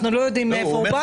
אנחנו לא יודעים מאיפה הוא בא.